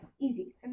Easy